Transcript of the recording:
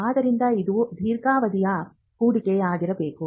ಆದ್ದರಿಂದ ಇದು ದೀರ್ಘಾವಧಿಯ ಹೂಡಿಕೆಯಾಗಿರಬೇಕು